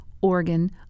organ